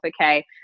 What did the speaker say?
okay